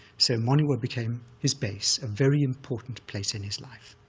so monywa became his base, a very important place in his life.